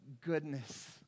goodness